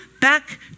back